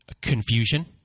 confusion